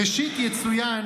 ראשית, יצוין